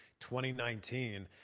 2019